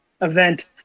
event